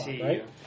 right